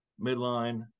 midline